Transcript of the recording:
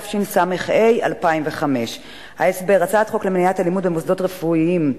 התשס"ה 2005. ההסבר: הצעת חוק למניעת אלימות במוסדות רפואיים,